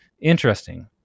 interesting